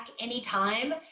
anytime